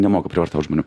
nemoka prievartaut žmonių